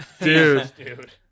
Dude